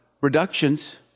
reductions